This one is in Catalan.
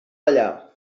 ballar